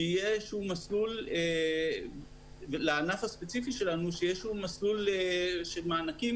ושיהיה לענף הספציפי שלנו מסלול של מענקים